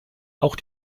auch